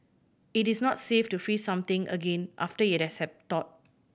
it is not safe to freeze something again after it has thawed